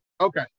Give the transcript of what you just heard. Okay